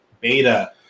Beta